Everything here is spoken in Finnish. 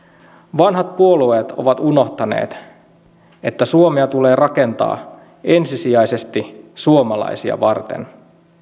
vanhat puolueet ovat unohtaneet että suomea tulee rakentaa ensisijaisesti suomalaisia varten